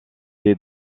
des